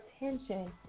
attention